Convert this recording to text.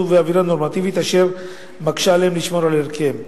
ובאווירה נורמטיבית אשר מקשה עליהם לשמור על ערכיהם.